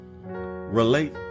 relate